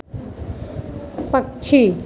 पक्षी